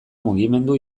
mugimendu